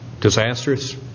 disastrous